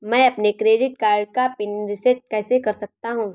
मैं अपने credit card का पिन रिसेट कैसे कर सकता हूँ?